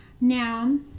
Now